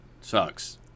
sucks